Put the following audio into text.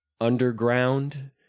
underground